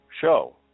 show